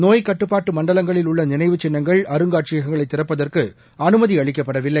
நோய்க் கட்டுப்பாட்டு மண்டலங்களில் உள்ள நினைவுச் சின்னங்கள் அருங்காட்சியகங்களை திறப்பதற்கு அமைதி அளிக்கப்படவில்லை